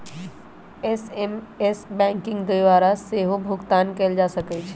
SMS banking के द्वारा सेहो भुगतान कएल जा सकै छै